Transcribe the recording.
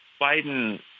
Biden